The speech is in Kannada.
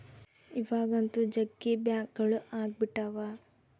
ಇವಾಗಂತೂ ಜಗ್ಗಿ ಬ್ಯಾಂಕ್ಗಳು ಅಗ್ಬಿಟಾವ